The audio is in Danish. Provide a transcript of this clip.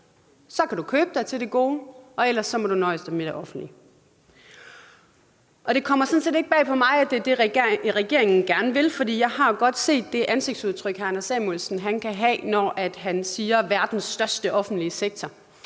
så kan du købe dig til det gode, og ellers må du nøjes med det offentlige. Det kommer sådan set ikke bag på mig, at det er det, regeringen gerne vil, for jeg har jo godt set det ansigtsudtryk, hr. Anders Samuelsen kan have, når han siger: verdens største offentlige sektor.